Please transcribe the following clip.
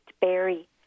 berry